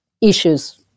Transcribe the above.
issues